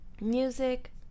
music